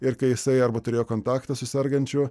ir kai jisai arba turėjo kontaktą su sergančiu